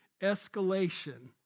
escalation